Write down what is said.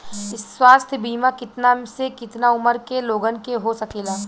स्वास्थ्य बीमा कितना से कितना उमर के लोगन के हो सकेला?